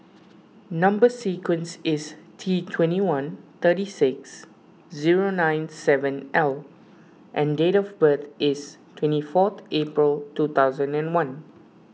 Number Sequence is T twenty one thirty six zero nine seven L and date of birth is twenty fourth April two thousand and one